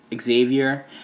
Xavier